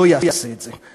לא יעשה את זה.